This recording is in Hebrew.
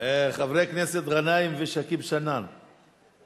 חברי הכנסת גנאים ושכיב שנאן,